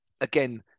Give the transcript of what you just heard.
again